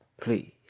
please